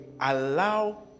allow